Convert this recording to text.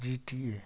जिटिए